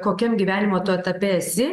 kokiam gyvenimo tu etape esi